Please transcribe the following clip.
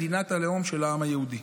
מדינת הלאום של העם היהודי.